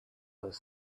was